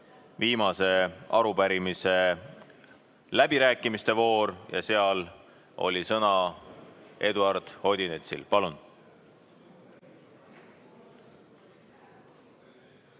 viimase arupärimise läbirääkimiste voor. Sõna oli Eduard Odinetsil. Palun!